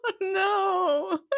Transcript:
no